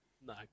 No